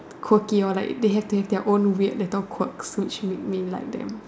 quirky or like they have to have their own weird little quirk which make me like them